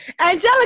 Angelica